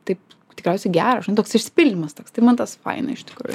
taip tikriausiai gera žinai toks išsipildymas tai man tas faina iš tikrųjų